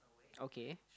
okay